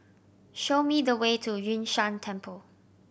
show me the way to Yun Shan Temple